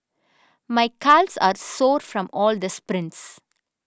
my calves are sore from all the sprints